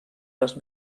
les